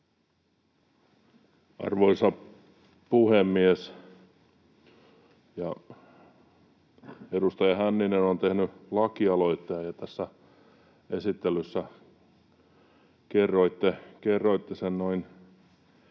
Arvoisa puhemies! Edustaja Hänninen on tehnyt lakialoitteen, ja tässä esittelyssä kerroitte sen noin,